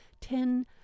ten